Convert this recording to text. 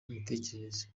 mitekerereze